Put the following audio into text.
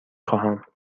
خواهم